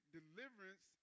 deliverance